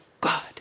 God